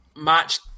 match